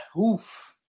oof